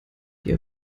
ihr